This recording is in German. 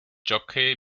jockey